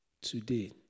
today